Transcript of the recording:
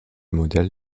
modèle